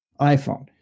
iphone